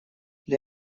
для